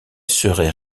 serait